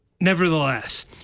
Nevertheless